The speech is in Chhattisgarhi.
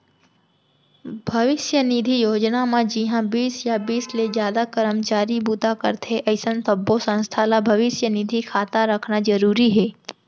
भविस्य निधि योजना म जिंहा बीस या बीस ले जादा करमचारी बूता करथे अइसन सब्बो संस्था ल भविस्य निधि खाता रखना जरूरी हे